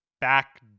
back